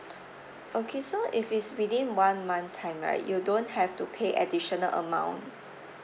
okay so if it's within one month time right you don't have to pay additional amount